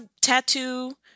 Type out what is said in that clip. tattoo